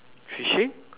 fishing